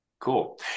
Cool